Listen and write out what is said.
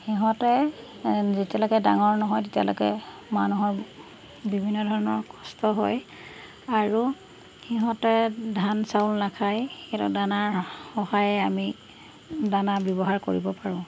সিহঁতে যেতিয়ালৈকে ডাঙৰ নহয় তেতিয়ালৈকে মানুহৰ বিভিন্ন ধৰণৰ কষ্ট হয় আৰু সিহঁতে ধান চাউল নাখায় সিহঁতক দানাৰ সহায়ে আমি দানা ব্যৱহাৰ কৰিব পাৰোঁ